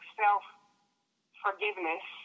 self-forgiveness